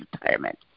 retirement